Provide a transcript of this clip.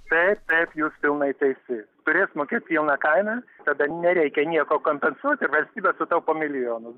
taip taip jus pilnai teisi turės mokėt pilną kainą tada nereikia nieko kompensuoti ir valstybė sutaupo milijonus